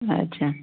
ଆଚ୍ଛା